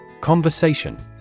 Conversation